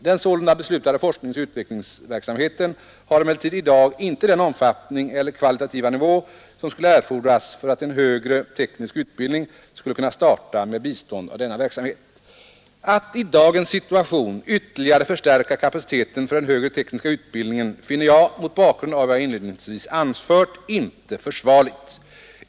Den sålunda beslutade forskningsoch utvecklingsverksamheten har emellertid i dag inte den omfattning eller kvalitativa nivå som skulle erfordras för att en högre teknisk utbildning skulle kunna starta med bistånd av denna verksamhet. Att i dagens situation ytterligare förstärka kapaciteten för den högre tekniska utbildningen finner jag, mot bakgrund av vad jag inledningsvis anfört, inte försvarligt.